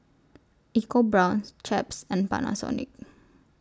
EcoBrown's Chaps and Panasonic